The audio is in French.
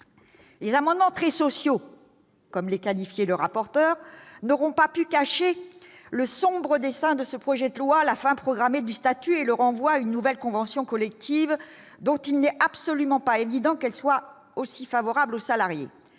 Les amendements « très sociaux », comme les qualifiait le rapporteur, n'auront pas pu cacher le sombre dessein qui sous-tend ce projet de loi : la fin programmée du statut et le renvoi à une nouvelle convention collective, dont il n'est absolument pas évident qu'elle soit aussi favorable aux salariés.